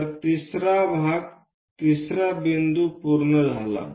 तर तिसरा भाग 3 रा बिंदू पूर्ण झाला